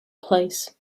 place